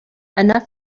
enough